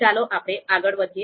ચાલો આપણે આગળ વધીએ